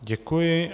Děkuji.